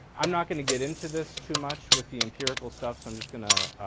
i'm not going to get into this too much with the empirical stuff so i'm just going to